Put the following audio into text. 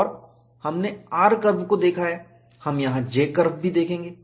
और हमने R curve को देखा है हम यहां J कर्व भी देखेंगे